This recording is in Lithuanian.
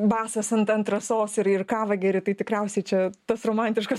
basas ant ant rasos ir ir kavą geri tai tikriausiai čia tas romantiškas